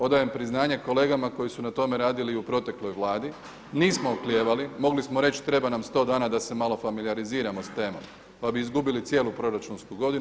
Odajem priznanje kolegama koji su na tome radili u protekloj Vladi, nismo oklijevali, mogli smo reći treba nam 100 dana da se malo familijariziramo sa temom pa bi izgubili cijelu proračunsku godinu.